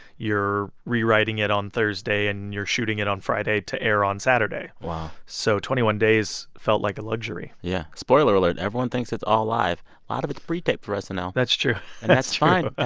you're rewriting it on thursday and you're shooting it on friday to air on saturday wow so twenty one days felt like a luxury yeah. spoiler alert everyone thinks it's all live. a lot of it's pre-taped for snl. and um that's true and that's fine.